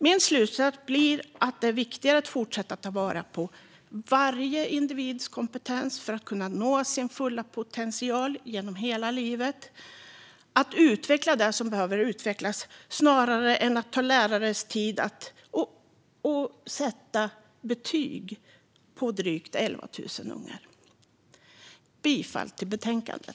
Min slutsats blir att det är viktigare att fortsätta att ta vara på varje individs kompetens för att individen ska kunna nå sin fulla potential genom hela livet, att utveckla det som behöver utvecklas snarare än att lägga lärares tid på att sätta betyg på drygt 11 000 ungar. Jag yrkar bifall till förslaget i betänkandet.